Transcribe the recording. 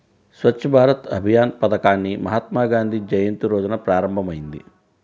స్వచ్ఛ్ భారత్ అభియాన్ పథకాన్ని మహాత్మాగాంధీ జయంతి రోజున ప్రారంభమైంది